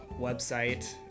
website